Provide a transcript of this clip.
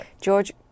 George